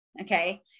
Okay